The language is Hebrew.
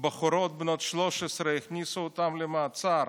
בחורות בנות 13, הכניסו אותן למעצר: